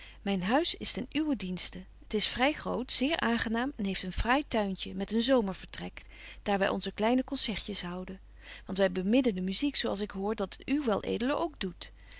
myn huis is ten uwen dienste het is vry groot zeer aangenaam en heeft een fraai tuintje met een zomervertrek daar wy onze kleine concertjes houden want wy beminnen de muziek zo als ik hoor dat uw wel ed ook doet